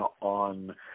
on